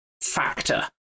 factor